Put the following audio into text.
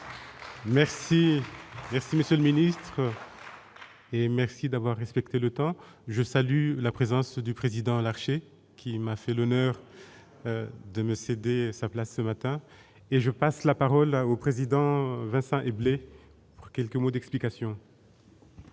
Merci et si monsieur le ministre. Et merci d'avoir respecté le temps je salue la présence du président Larché qui m'a fait le meilleur de me céder sa place ce matin et je passe la parole au président Vincent et blé quelques mots d'explication.